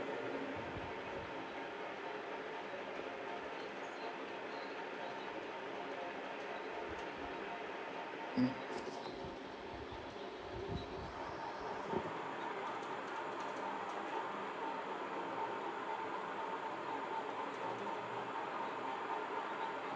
mm